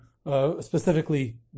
specifically